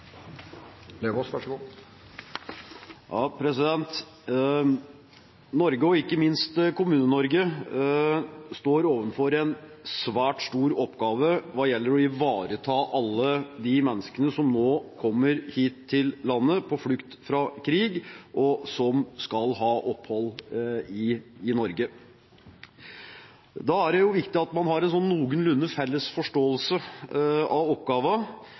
Norge og ikke minst Kommune-Norge står overfor en svært stor oppgave hva gjelder å ivareta alle de menneskene som nå kommer hit til landet på flukt fra krig, og som skal ha opphold i Norge. Da er det viktig at man har en noenlunde felles forståelse av